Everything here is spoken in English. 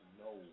no